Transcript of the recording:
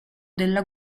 della